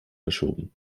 verschoben